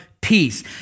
peace